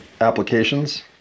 applications